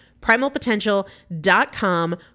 Primalpotential.com